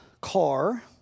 car